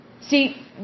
See